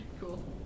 Cool